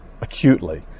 acutely